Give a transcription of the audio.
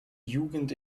jugend